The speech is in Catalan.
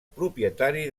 propietari